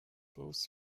both